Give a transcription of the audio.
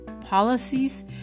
policies